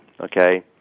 okay